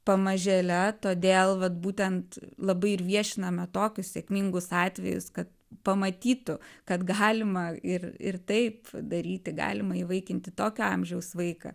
pamažėle todėl vat būtent labai ir viešiname tokius sėkmingus atvejus kad pamatytų kad galima ir ir taip daryti galima įvaikinti tokio amžiaus vaiką